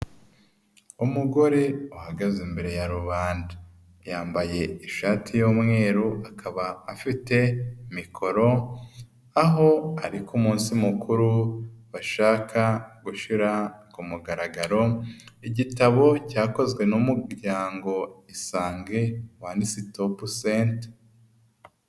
Umugore uhagaze imbere ya rubanda, yambaye ishati y'umweru, akaba afite mikoro aho ari ku umunsi mukuru bashaka gushyira ku mugaragaro, igitabo cyakozwe n'umuryango isange one stop center.